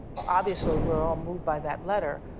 obviously, we're all moved by that letter,